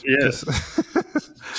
Yes